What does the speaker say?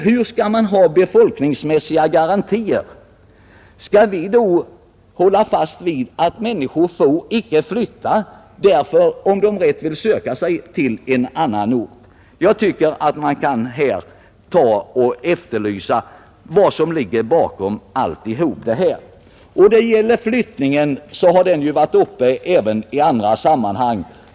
Hur skall man kunna få befolkningsgarantier? Skall vi besluta att människor, som vill söka sig till en annan ort, inte skall få flytta? Det finns anledning att efterlysa vad som ligger bakom allt detta. Frågan om flyttningen har varit uppe även i andra sammanhang.